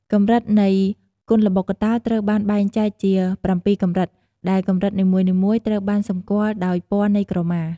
កម្រិតនៃគុនល្បុក្កតោ ត្រូវបានបែងចែកជា ៧កម្រិត ដែលកម្រិតនីមួយៗត្រូវបានសម្គាល់ដោយពណ៌នៃក្រមា។